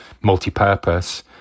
multi-purpose